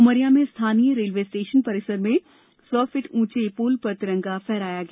उमरिया में स्थानीय railway station परिसर में सौ फीट ऊंचे पोल पर तिरंगा फहराया गया